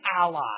ally